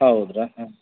ಹೌದಾ ಹಾಂ